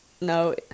No